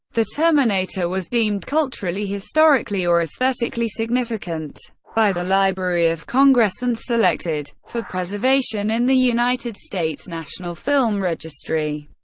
the terminator was deemed culturally, historically, or aesthetically significant by the library of congress and selected for preservation in the united states national film registry.